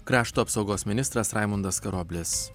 krašto apsaugos ministras raimundas karoblis